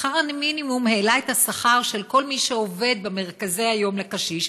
שכר המינימום העלה את השכר של כל מי שעובד במרכזי היום לקשיש,